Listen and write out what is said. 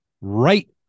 right